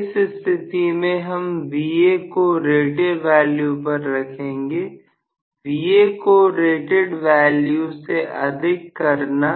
इस स्थिति में हम Va को रेटेड वैल्यू पर रखेंगे Va को रेटेड वॉल्यूम से अधिक करना